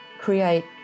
create